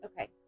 Okay